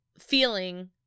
feeling